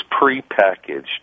prepackaged